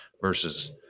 versus